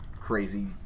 crazy